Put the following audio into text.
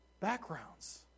backgrounds